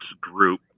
group